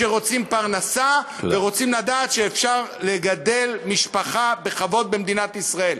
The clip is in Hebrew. כשרוצים פרנסה וכשרוצים לדעת שאפשר לגדל משפחה בכבוד במדינת ישראל.